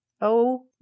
Oh